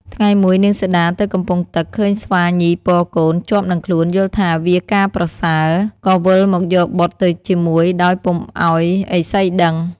ថ្ងៃមួយនាងសីតាទៅកំពង់ទឹកឃើញស្វាញីពរកូនជាប់នឹងខ្លួនយល់ថាវាការប្រសើរ ក៏វិលមកយកបុត្រទៅជាមួយដោយពុំឱ្យឥសីដឹង។